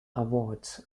awards